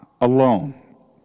alone